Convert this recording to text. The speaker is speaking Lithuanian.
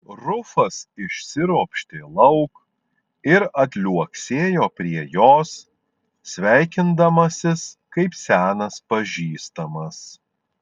rufas išsiropštė lauk ir atliuoksėjo prie jos sveikindamasis kaip senas pažįstamas